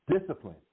discipline